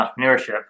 entrepreneurship